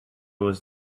was